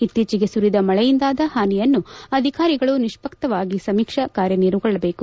ಇತ್ತೀಚೆಗೆ ಸುರಿದ ಮಳೆಯಿಂದಾದ ಹಾನಿಯನ್ನು ಅಧಿಕಾರಿಗಳು ನಿಷ್ಟಕ್ಷವಾಗಿ ಸಮೀಕ್ಷಾ ಕಾರ್ಯ ಕೈಗೊಳ್ಳಬೇಕು